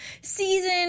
season